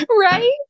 Right